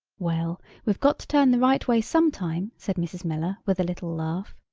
well, we've got to turn the right way some time, said mrs. miller with a little laugh.